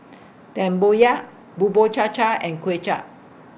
Tempoyak Bubur Cha Cha and Kuay Chap